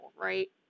right